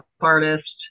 artist